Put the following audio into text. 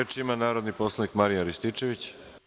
Reč ima narodni poslanik Marijan Rističević.